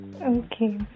Okay